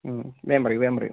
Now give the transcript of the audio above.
വേഗം പറയൂ വേഗം പറയൂ